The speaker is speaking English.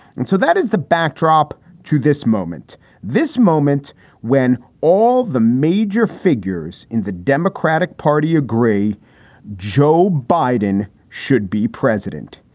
and so that is the backdrop to this moment this moment when all the major figures in the democratic party agree joe biden should be president.